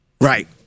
Right